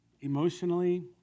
emotionally